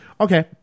Okay